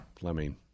Fleming